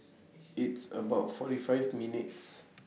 It's about forty five minutes